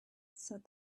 said